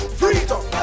freedom